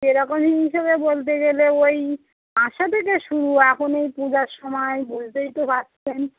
সেরকমই হিসেবে বলতে গেলে ওই পাঁচশো থেকে শুরু এখন এই পূজার সময় বুঝতেই তো পারছেন